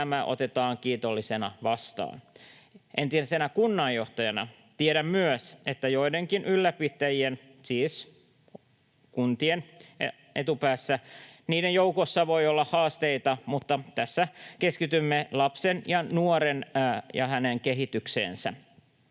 tämä otetaan kiitollisina vastaan. Entisenä kunnanjohtajana tiedän myös, että joidenkin ylläpitäjien, siis etupäässä kuntien, joukossa voi olla haasteita, mutta tässä keskitymme lapseen ja nuoreen ja hänen kehitykseensä,